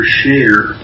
share